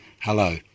Hello